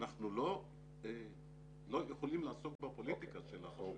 אנחנו לא יכולים לעסוק בפוליטיקה של הרשויות.